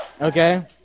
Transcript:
okay